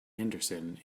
andersson